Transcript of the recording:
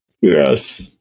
Yes